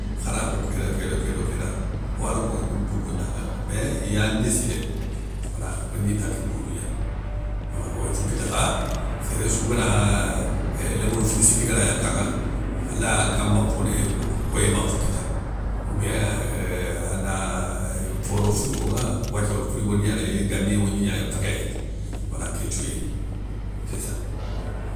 Khano ko kéda kédo kédo kéda, owa ne konŋo déb dounko danŋa, mé iya ndéssidéne wala ogni taanguini koundou gna, oy fo kite kha, séréssou gana éeuuhh lémounou fili siki ganagni kan ŋa, alaya nka makhfoneé pour koyé makhfo kita oubien, éuuh ana foro frigo nŋa, wathia frigo gnanéy, gani ogni gnana fékhé gna, wala kén nthiou yéy séssa.